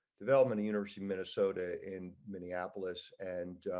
development university minnesota in minneapolis and